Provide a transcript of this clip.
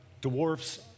dwarfs